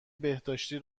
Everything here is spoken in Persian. بهداشتی